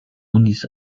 unis